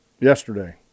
yesterday